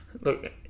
look